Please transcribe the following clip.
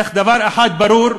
אך דבר אחד ברור,